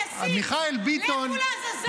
אמרת "לכו לעזאזל".